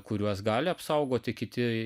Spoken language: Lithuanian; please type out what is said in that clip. kuriuos gali apsaugoti kiti